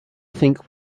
think